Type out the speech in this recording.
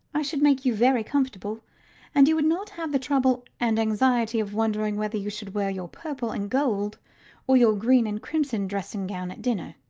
i should make you very comfortable and you would not have the trouble and anxiety of wondering whether you should wear your purple and gold or your green and crimson dressing-gown at dinner.